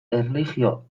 erlijio